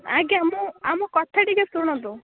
ଆଜ୍ଞା ମୁଁ ଆମ କଥା ଟିକିଏ ଶୁଣନ୍ତୁ